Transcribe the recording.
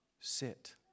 Sit